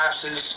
classes